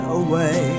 away